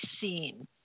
seen